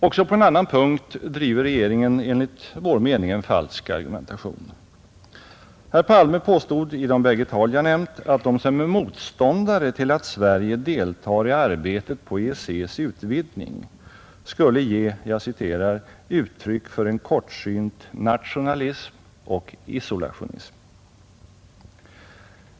Också på en annan punkt driver regeringen enligt vår mening en falsk argumentation, Herr Palme påstod i de bägge tal jag nämnt att de som är motståndare till att Sverige deltar i arbetet på EEC:s utvidgning skulle ge ”uttryck för en kortsynt nationalism och isolationism”.